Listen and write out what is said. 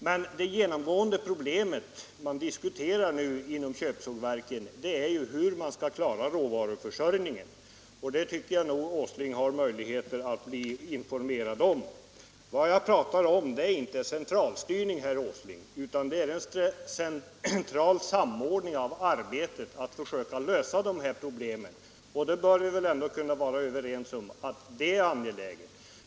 Men det genomgående problemet inom köpsågverken är nu hur man skall klara råvaruförsörjningen. Det tycker jag herr Åsling borde ha möjligheter att bli informerad om. Vad jag talar om är inte centralstyrning, herr Åsling, utan en central samordning av arbetet att försöka lösa de här problemen. Vi bör väl ändå kunna vara överens om att det är angeläget.